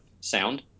sound